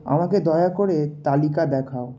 আমাকে দয়া করে তালিকা দেখাও